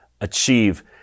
achieve